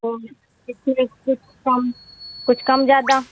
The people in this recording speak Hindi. तो इसमें कुछ कम कुछ कम ज़्यादा